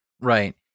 right